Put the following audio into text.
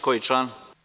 Koji član?